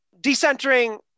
decentering